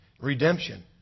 redemption